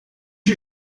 you